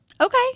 okay